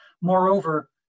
Moreover